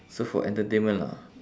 so for entertainment lah